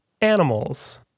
animals